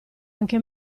anche